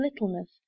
littleness